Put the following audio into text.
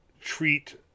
treat